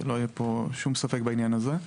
שלא יהיה שום ספק בעניין הזה.